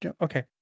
okay